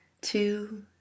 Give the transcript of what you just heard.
two